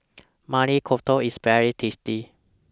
Maili Kofta IS very tasty